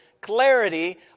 clarity